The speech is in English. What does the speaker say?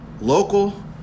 local